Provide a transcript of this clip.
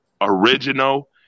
original